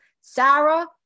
Sarah